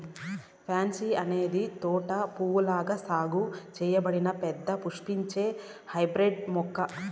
pansy అనేది తోట పువ్వుగా సాగు చేయబడిన పెద్ద పుష్పించే హైబ్రిడ్ మొక్క